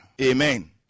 Amen